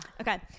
Okay